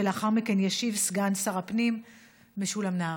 ולאחר מכן ישיב סגן שר הפנים משולם נהרי.